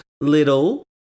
little